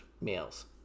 males